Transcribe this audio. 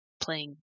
playing